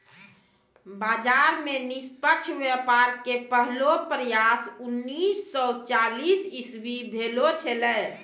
बाजार मे निष्पक्ष व्यापार के पहलो प्रयास उन्नीस सो चालीस इसवी भेलो छेलै